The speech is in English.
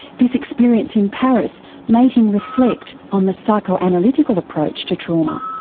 this experience in paris made him reflect on the psychoanalytical approach to trauma.